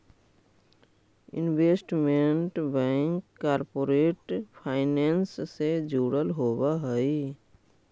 investment bank corporate finance से जुड़ल होवऽ हइ